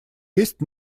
есть